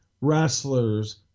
wrestlers